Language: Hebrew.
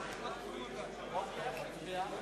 תודה רבה.